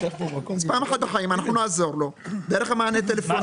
פעם אחת בחיים אנחנו נעזור לו דרך המענה הטלפוני.